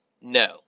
No